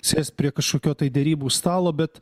sėst prie kažkokio tai derybų stalo bet